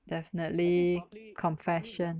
definitely confession